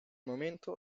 momento